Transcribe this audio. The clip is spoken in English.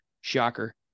shocker